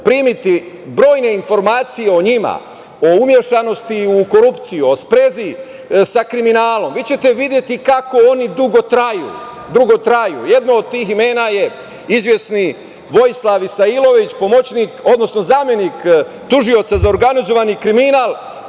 primiti brojne informacije o njima, o umešanosti u korupciju, o sprezi sa kriminalom, vi ćete videti kako oni dugo traju. Jedno od tih imena je izvesni Vojislav Isailović, pomoćnik, odnosno zamenik tužioca za organizovani kriminal,